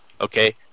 Okay